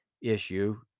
issue